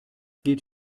geht